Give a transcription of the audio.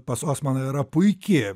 pas osmaną yra puiki